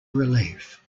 relief